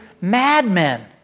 madmen